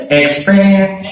expand